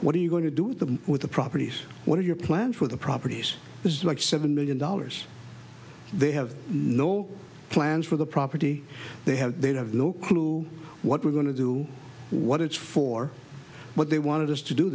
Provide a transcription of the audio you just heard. what are you going to do with the with the properties what are your plans for the properties this is like seven million dollars they have no plans for the property they have they have no clue what we're going to do what it's for what they wanted us to do